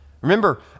remember